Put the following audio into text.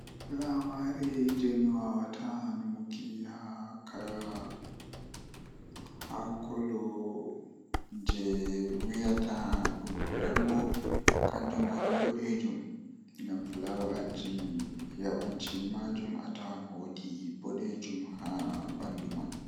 Ah ndikkinami mi yaha dow mi laara ko woni ton dow mi nasta nder ndiyam, Ngam dow do be yahi ton sedda nden mi yidi mi anda no totton woni amma nder ndiyam mi andi no nder ndiyam woni koda mi nastai mi joodi haa nder amma mi andi ko woni nder midon nana ko woni nder amma dow bo miyidi mi yaha mi larina gite am.